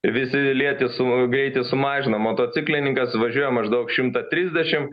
visi lėti su greitį sumažina motociklininkas važiuoja maždaug šimtą trisdešimt